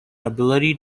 ability